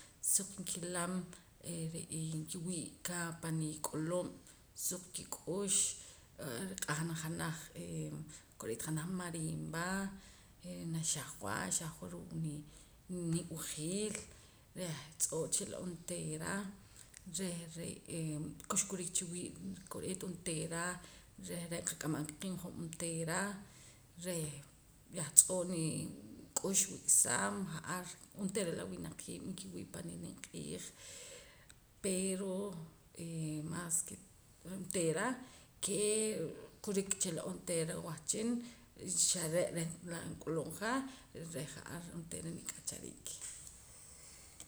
Suq nkilam re'ee nkiwii'ka pan nik'ulub' suq kik'ux riq'ahna janaj ee kore'eet janaj mariimba naxajwa xajwa ruu' ni nib'ijiil reh tz'oo' chila onteera reh re'ee kuxkurik chiwii' kore'eet onteera reh re' nqak'amam ka qiib' hoj onteera reh yah tz'oo' ni nik'ux wik'saam ja'ar onteera la winaiib' nkiwii' pani nimq'iij pero mas ke onteera kee kurik chila onteera wahchin xare' reh la nk'ulub'ja reh ja'ar onteera nik'achariik